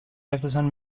έφθασαν